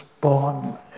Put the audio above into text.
born